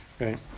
right